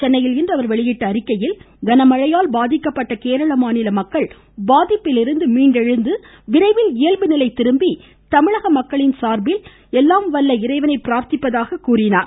சென்னையில் இன்று அவர் வெளியிட்ட அறிக்கையில் கனமழையால் பாதிக்கப்பட்ட கேரள மாநில மக்கள் பாதிப்பிலிருந்து மீண்டெழுந்து விரைவில் இயல்புநிலை திரும்ப தமிழக மக்களின் சார்பில் எல்லாம் வல்ல இறைவனை பிரார்த்திப்பதாக கூறினார்